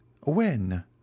When